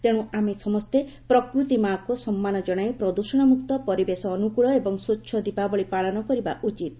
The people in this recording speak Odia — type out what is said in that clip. ତେଣୁ ଆମେ ସମସ୍ତେ ପ୍ରକୃତି ମା'କୁ ସମ୍ମାନ ଜଶାଇ ପ୍ରଦୂଷଣମୁକ୍ତ ପରିବେଶ ଅନୁକୂଳ ଏବଂ ସ୍ୱଚ୍ଛ ଦୀପାବଳି ପାଳନ କରିବା ଉଚିତ୍